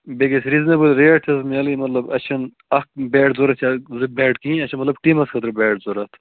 بیٚیہِ گَژھِ reasonable rate حظ مِلٕنۍ مطلب اَسہِ چھِنہٕ اکھ بیٹ ضوٚرتھ یا زٕ بیٹ کِہیٖنۍ اَسہِ چھِ مطلب ٹیٖمَس خٲطرٕ بیٹ ضوٚرتھ